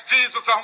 Jesus